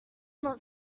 not